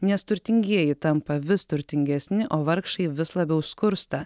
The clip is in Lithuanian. nes turtingieji tampa vis turtingesni o vargšai vis labiau skursta